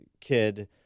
kid